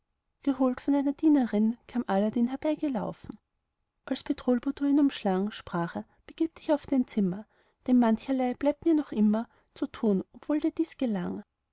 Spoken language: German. geholt von einer dienerin kam aladdin herbeigelaufen als bedrulbudur ihn umschlang sprach er begib dich auf dein zimmer denn mancherlei bleibt mir noch immer zu tun obwohl dir dies gelang